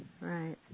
right